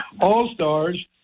All-Stars